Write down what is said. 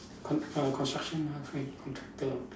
con~ err construction ah contractor